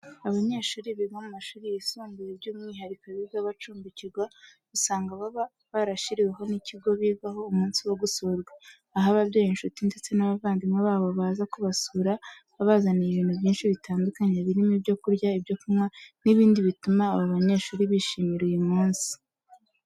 Abanyeshuri biga mu mashuri yisumbuye by'umwihariko abiga bacumbikirwa, usanga baba barashyiriweho n'ikigo bigaho umunsi wo gusurwa, aho ababyeyi, inshuti ndetse n'abavandimwe babo baza kubasura babazaniye ibintu byinshi bitandukanye birimo ibyo kurya, ibyo kunywa n'ibindi bituma aba banyeshuri bishimira uyu munsi.